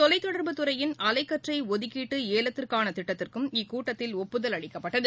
தொலைத்தொடர்பு துறையின் அலைக்கற்றை ஒதுக்கீட்டு ஏலத்திற்காள திட்டத்திற்கும் இக்கூட்டத்தில் ஒப்புதல் அளிக்கப்பட்டது